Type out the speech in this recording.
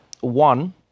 one